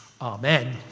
Amen